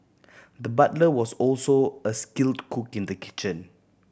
the butler was also a skilled cook in the kitchen